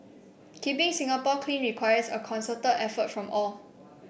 keeping Singapore clean requires a concerted effort from all